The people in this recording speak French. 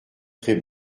très